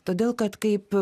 todėl kad kaip